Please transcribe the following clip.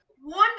Wonderful